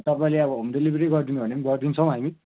तपाईँले अब home delivery गरिदिनु भने पनि गरिदिन्छौँ हामी